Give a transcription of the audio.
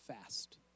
fast